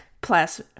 plus